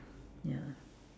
ya